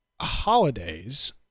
holidays